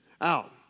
out